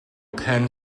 penn